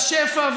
והשפע,